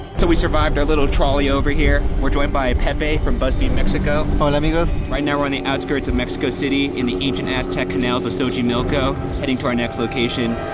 we survived our little trolley over here. we're joined by pepe from buzzfeed mexico. hola amigos. right now, we're on the outskirts of mexico city in the ancient aztec canals of so xochimilco heading to our next location,